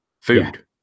food